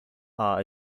are